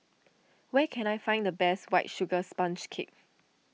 where can I find the best White Sugar Sponge Cake